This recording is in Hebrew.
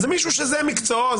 זה מישהו שזה מקצועו,